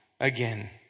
again